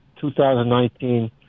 2019